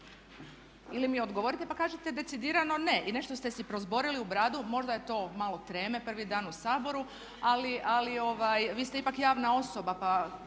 ili mi odgovorite pa kažite decidirano ne. I nešto ste si prozborili u bradu, možda je to malo treme prvi dan u Saboru, ali vi ste ipak javna osoba pa